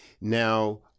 Now